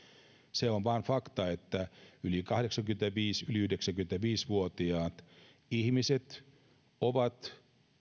se on vain fakta että yli kahdeksankymmentäviisi yli yhdeksänkymmentäviisi vuotiaat ihmiset ovat